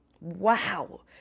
Wow